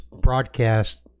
broadcast